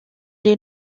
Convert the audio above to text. est